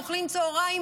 אוכלים צוהריים